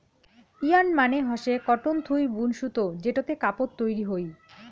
yarn মানে হসে cotton থুই বুন সুতো যেটোতে কাপড় তৈরী হই